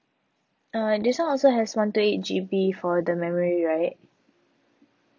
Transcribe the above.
uh this [one] also has one two eight G_B for the memory right